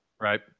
Right